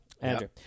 Andrew